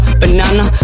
banana